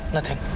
nothing.